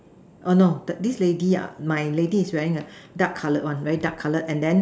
oh no this lady ah my lady is wearing a dark colored one very dark colored and then